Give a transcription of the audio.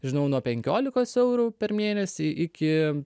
žinau nuo penkiolikos eurų per mėnesį iki